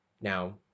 Now